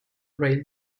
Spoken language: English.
rail